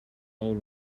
old